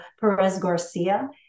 Perez-Garcia